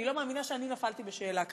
אני לא מאמינה שאני נפלתי בשאלה כזאת.